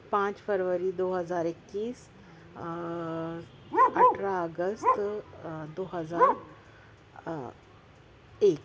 پانچ فروری دو ہزار اکیس اٹھارہ اگست دو ہزار ایک